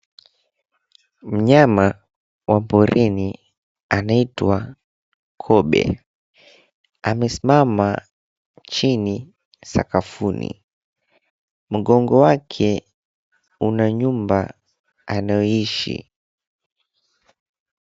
Mnyama wa porini anaitwa kobe. Amesimama chini sakafuni. Mgongo wake una nyumba anayoishi.